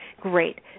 Great